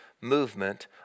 movement